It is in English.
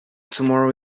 tomorrow